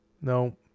no